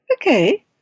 okay